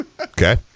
Okay